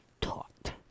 taught